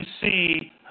see